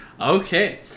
Okay